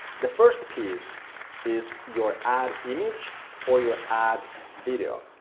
the first piece is your ad image or your ad video,